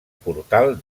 portal